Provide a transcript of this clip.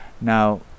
Now